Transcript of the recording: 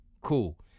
Cool